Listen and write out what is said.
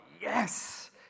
yes